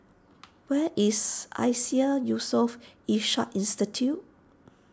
where is Iseas Yusof Ishak Institute